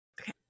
okay